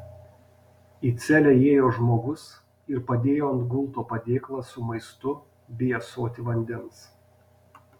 į celę įėjo žmogus ir padėjo ant gulto padėklą su maistu bei ąsotį vandens